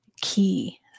key